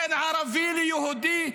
בין ערבי ליהודי,